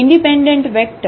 independent vector